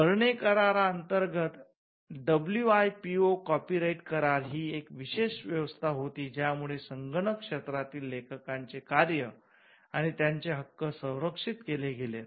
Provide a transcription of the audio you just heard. Berne करार अंतर्गत WIPO copyright करार ही एक विशेष व्यवस्था होती ज्या मुळे संगणक क्षेत्रातील लेखकांचे कार्य आणि त्यांचे हक्क संरक्षित केले गेलेत